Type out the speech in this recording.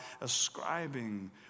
ascribing